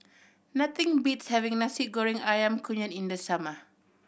nothing beats having Nasi Goreng Ayam Kunyit in the summer